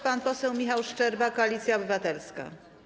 Pan poseł Michał Szczerba, Koalicja Obywatelska.